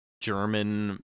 german